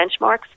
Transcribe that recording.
benchmarks